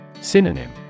Synonym